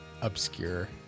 obscure